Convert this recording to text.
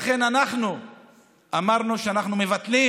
לכן אנחנו אמרנו שאנחנו מבטלים